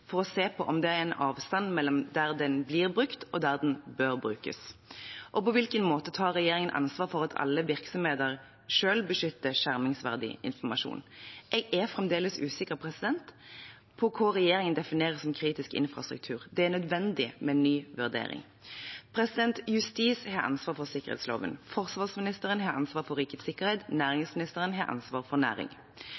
for å se på om det er en avstand mellom der den blir brukt, og der den bør brukes. Og på hvilken måte tar regjeringen ansvar for at alle virksomheter selv beskytter skjermingsverdig informasjon. Jeg er fremdeles usikker på hva regjeringen definerer som kritisk infrastruktur. Det er nødvendig med en ny vurdering. Justisministeren har ansvaret for sikkerhetsloven. Forsvarsministeren har ansvaret for rikets sikkerhet. Næringsministeren har ansvaret for næring.